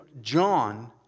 John